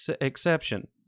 exception